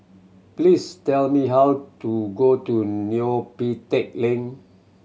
please tell me how to go to Neo Pee Teck Lane